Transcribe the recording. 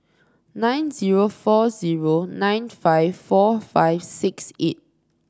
nine zero four zero nine five four five six eight